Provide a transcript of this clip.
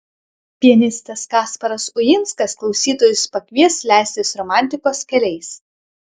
pianistas kasparas uinskas klausytojus pakvies leistis romantikos keliais